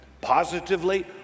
positively